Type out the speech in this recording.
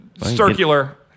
circular